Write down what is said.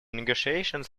negotiations